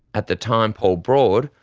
at the time, paul broad,